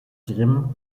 grimm